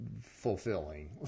fulfilling